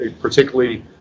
particularly